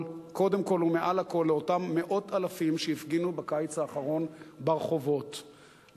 לאותם מאות-אלפים שהפגינו בקיץ האחרון ברחובות,